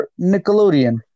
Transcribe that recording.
Nickelodeon